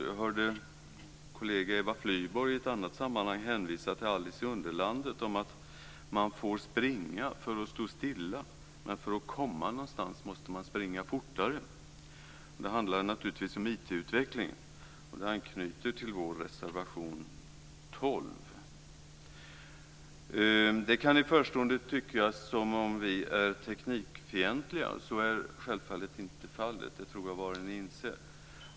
Jag hörde kollegan Eva Flyborg i ett annat sammanhang hänvisa till Alice i Underlandet - att man får springa för att stå stilla, men för att komma någonstans måste man springa fortare. Det handlar naturligtvis om IT-utvecklingen. Detta anknyter till vår reservation 12. Det kan i förstone tyckas som om vi är teknikfientliga. Så är självfallet inte fallet. Det tror jag att var och en inser.